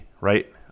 right